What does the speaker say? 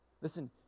Listen